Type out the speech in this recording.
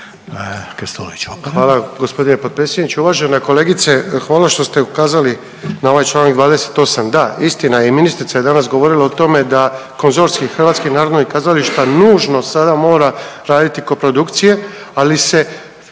Hvala g. potpredsjedniče. Uvažena kolegice, hvala što ste ukazali na ovaj čl. 28., da istina je i ministrica je danas govorila o tome da Konzorcij HNK-a nužno sada mora raditi koprodukcije, ali se